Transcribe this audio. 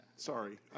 Sorry